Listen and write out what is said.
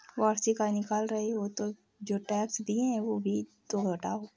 वार्षिक आय निकाल रहे हो तो जो टैक्स दिए हैं वो भी तो घटाओ